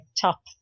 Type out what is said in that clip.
top